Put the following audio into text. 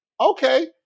Okay